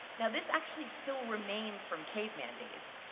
now, this actually still remains from caveman days,